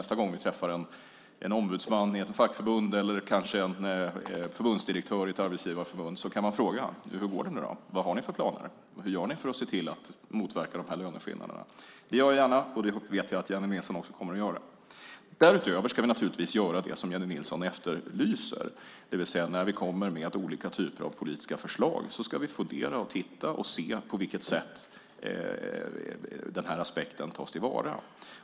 Nästa gång vi träffar en ombudsman i ett fackförbund eller en förbundsdirektör i ett arbetsgivarförbund kan vi fråga: Hur går det? Vad har ni för planer? Hur gör ni för att se till att motverka löneskillnaderna? Det gör jag gärna. Jag vet att Jennie Nilsson också kommer att göra det. Därutöver ska vi naturligtvis göra det som Jennie Nilsson efterlyser, det vill säga när vi kommer med olika typer av politiska förslag ska vi fundera över och se på vilket sätt den här aspekten tas vill vara.